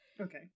okay